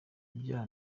ibyaha